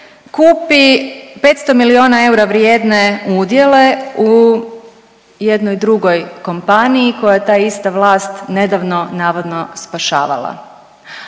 kupi 500 milijuna eura vrijedne udjele u jednoj drugoj kompaniji koju je ta ista vlast nedavno navodno spašavala,